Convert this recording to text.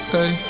Hey